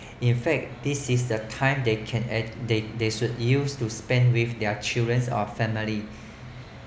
in fact this is the time they can ad~ they they should use to spend with their children or family